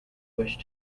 wish